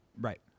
Right